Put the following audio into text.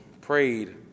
prayed